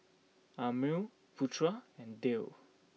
Ammir Putra and Dhia